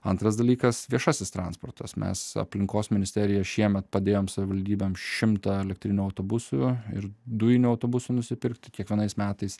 antras dalykas viešasis transportas mes aplinkos ministerija šiemet padėjom savivaldybėms šimtą elektrinių autobusų ir dujinių autobusų nusipirkti kiekvienais metais